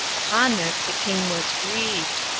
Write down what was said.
upon this the king was grieved,